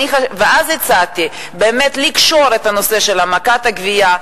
הצעתי אז לקשור את הנושא של העמקת הגבייה,